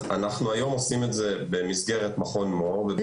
אנחנו עושים את זה היום במסגרת מכון מור.